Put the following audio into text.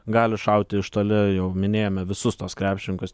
gali šauti iš toli jau minėjome visus tuos krepšininkus